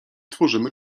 tworzymy